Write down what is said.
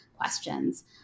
questions